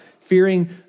fearing